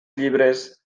llibres